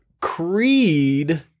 creed